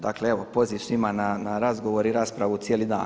Dakle evo poziv svima na razgovor i raspravu cijeli dan.